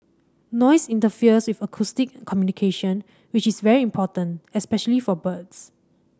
noise interferes with acoustic communication which is very important especially for birds